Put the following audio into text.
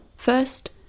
First